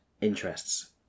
interests